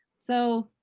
so